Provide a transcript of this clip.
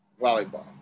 Volleyball